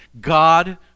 God